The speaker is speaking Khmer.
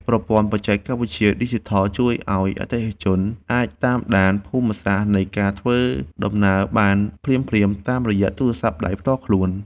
ប្រព័ន្ធបច្ចេកវិទ្យាឌីជីថលជួយឱ្យអតិថិជនអាចតាមដានភូមិសាស្ត្រនៃការធ្វើដំណើរបានភ្លាមៗតាមរយៈទូរស័ព្ទដៃផ្ទាល់ខ្លួន។